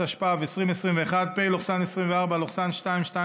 התשפ"ב 2021, פ/2286/24,